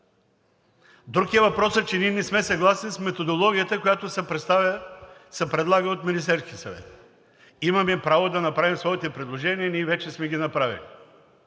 Друг е въпросът, че ние не сме съгласни с методологията, която се предлага от Министерския съвет. Имаме право да направим своите предложения и ние вече сме ги направили,